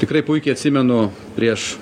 tikrai puikiai atsimenu prieš